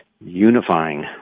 unifying